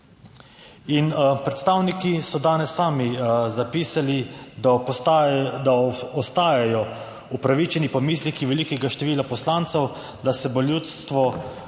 In predstavniki so danes sami zapisali, da ostajajo upravičeni pomisleki velikega števila poslancev, da se bo ljudstvo,